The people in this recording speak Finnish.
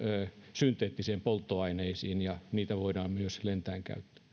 synteettisiin polttoaineisiin ja niitä voidaan myös lentäen käyttää